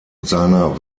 seiner